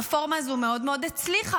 הרפורמה הזאת מאוד מאוד הצליחה,